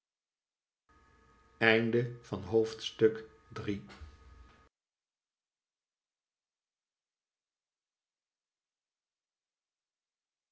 droomde van het